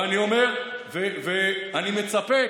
ואני אומר ואני מצפה,